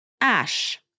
ASH